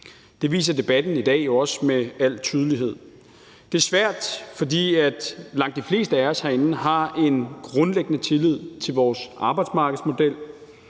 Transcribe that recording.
Det viser debatten i dag jo også med al tydelighed. Det er svært, fordi langt de fleste af os herinde har en grundlæggende tillid til vores arbejdsmarkedsmodel.